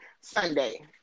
Sunday